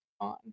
on